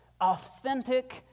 Authentic